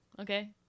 okay